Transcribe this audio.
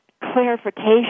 clarification